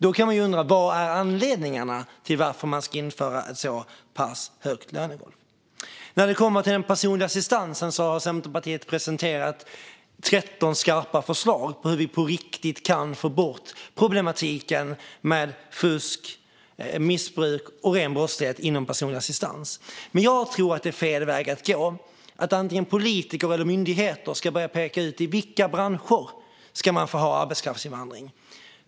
Då kan man undra varför man ska införa ett så pass högt lönegolv. När det gäller den personliga assistansen har Centerpartiet presenterat 13 skarpa förslag på hur vi på riktigt kan få bort problematiken med fusk, missbruk och ren brottslighet inom personlig assistans. Men jag tror att det är fel väg att gå att antingen politiker eller myndigheter ska börja peka ut i vilka branscher man ska få ha arbetskraftsinvandring.